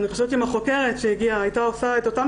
אני חושבת שאם החוקרת היתה שואלת את אותן